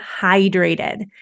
hydrated